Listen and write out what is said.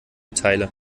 teile